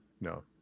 no